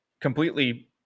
completely